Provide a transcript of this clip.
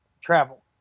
travel